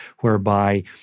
whereby